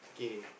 okay